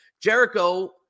Jericho